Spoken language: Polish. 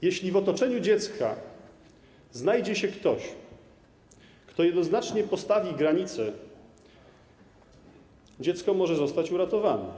Jeśli w otoczeniu dziecka znajdzie się ktoś, kto jednoznacznie postawi granicę, dziecko może zostać uratowane.